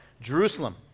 Jerusalem